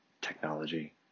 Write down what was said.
technology